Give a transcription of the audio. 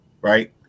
right